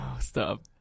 stop